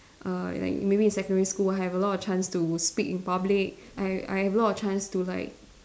uh like maybe in secondary school I have a lot of chance to speak in public I I have a lot of chance to like